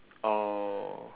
oh